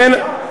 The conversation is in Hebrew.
סליחה,